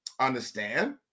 understand